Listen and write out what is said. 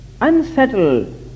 unsettled